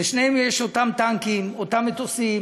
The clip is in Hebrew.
לשניהם יש אותם טנקים, אותם מטוסים,